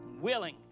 willing